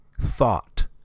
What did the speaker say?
thought